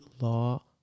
law